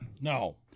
No